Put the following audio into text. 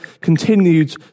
continued